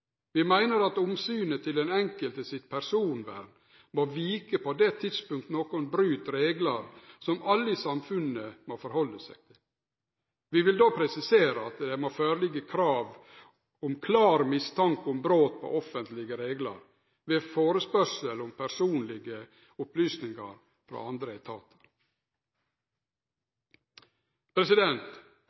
Vi meiner at omsynet til den enkelte sitt personvern må vike på det tidspunktet nokon bryt reglar som alle i samfunnet må rette seg etter. Vi vil då presisere at det må liggje føre krav om klar mistanke om brot på offentlege reglar, ved førespurnad om personlege opplysningar frå andre